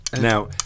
now